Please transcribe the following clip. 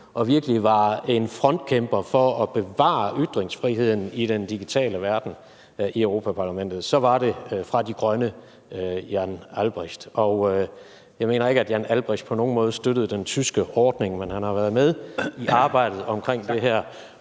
som virkelig var en frontkæmper for at bevare ytringsfriheden i den digitale verden i Europa-Parlamentet, så er det hr. Jan Albrecht fra De Grønne. Og jeg mener ikke, at hr. Jan Albrecht på nogen måde støttede den tyske ordning, men han har været med i arbejdet omkring det her.